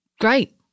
Great